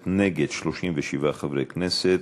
נגד, 37 חברי כנסת.